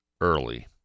early